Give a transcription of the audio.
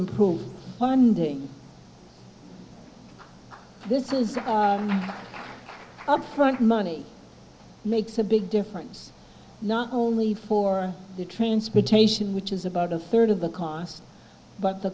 improved funding this is up front money makes a big difference not only for the transportation which is about a third of the cost but the